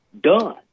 Done